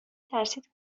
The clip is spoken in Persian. ترسید